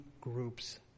groups